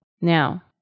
Now